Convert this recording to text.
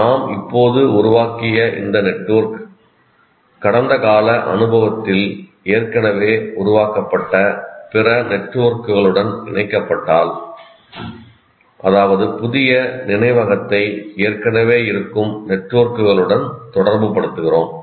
நாம் இப்போது உருவாக்கிய இந்த நெட்வொர்க் கடந்த கால அனுபவத்தில் ஏற்கனவே உருவாக்கப்பட்ட பிற நெட்வொர்க்குகளுடன் இணைக்கப்பட்டால் அதாவது புதிய நினைவகத்தை ஏற்கனவே இருக்கும் நெட்வொர்க்குகளுடன் தொடர்புபடுத்துகிறோம்